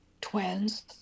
twins